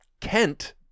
kent